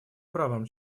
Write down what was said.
правам